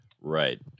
Right